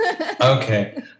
Okay